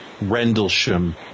Rendlesham